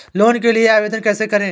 Loan के लिए आवेदन कैसे करें?